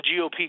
GOP